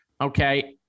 okay